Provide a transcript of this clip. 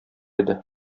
иде